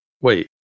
Wait